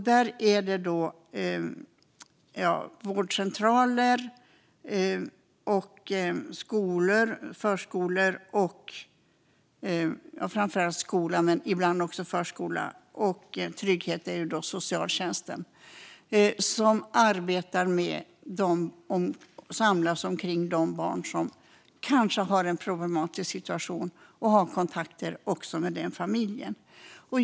Det handlar om vårdcentraler och skolan, men ibland även förskolan. Tryggheten står socialtjänsten för. Dessa samlas omkring de barn som kanske har en problematisk situation, och man har kontakt med familjen.